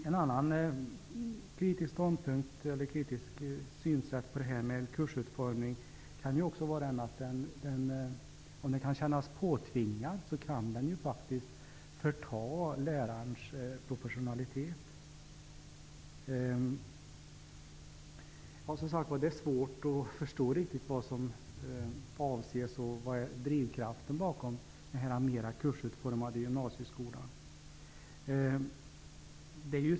En annan kritisk synpunkt mot en kursutformning är att den, om den känns påtvingad, kan förta lärarens professionalitet. Det är som sagt svårt att riktigt förstå vad som avses och vad som är drivkraften bakom den mer kursutformade gymnasieskolan.